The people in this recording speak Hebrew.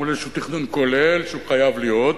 מול איזשהו תכנון כולל שהוא חייב להיות,